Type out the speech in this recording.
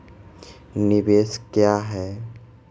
निवेश क्या है?